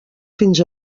fins